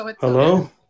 Hello